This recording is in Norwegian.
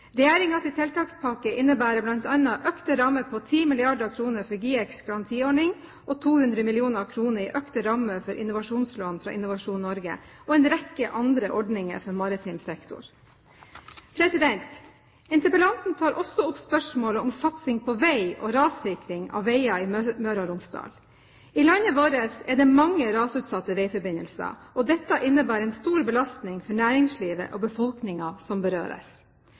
tiltakspakke innebærer bl.a. økte rammer på 10 mrd. kr for GIEKs garantiordning og 200 mill. kr i økte rammer for innovasjonslån fra Innovasjon Norge, og en rekke andre ordninger for maritim sektor. Interpellanten tar også opp spørsmålet om satsing på vei, og rassikring av veier, i Møre og Romsdal. I landet vårt er det mange rasutsatte veiforbindelser, og dette innebærer en stor belastning for næringslivet og befolkningen som berøres.